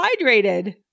hydrated